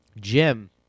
Jim